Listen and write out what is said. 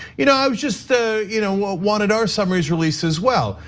you know i um just ah you know wanted our summaries released as well.